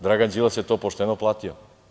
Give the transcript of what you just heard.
Dragan Đilas je to pošteno platio.